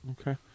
Okay